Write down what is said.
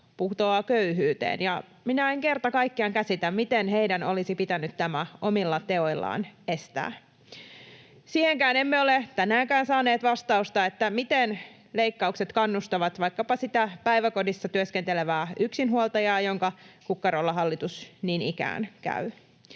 putoaa köyhyyteen. Minä en kerta kaikkiaan käsitä, miten heidän olisi pitänyt tämä omilla teoillaan estää. Siihenkään emme ole tänäänkään saaneet vastausta, miten leikkaukset kannustavat vaikkapa sitä päiväkodissa työskentelevää yksinhuoltajaa, jonka kukkarolla hallitus niin ikään käy.